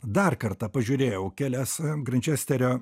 dar kartą pažiūrėjau kelias grančesterio